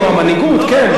נשיא או המנהיגות, כן.